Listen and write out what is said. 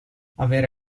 avere